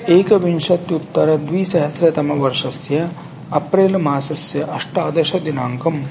एकविशत्युत्तरद्विसहस्रतमवर्षस्य April मासस्य अष्टादशदिनाङ्कं